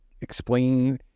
explain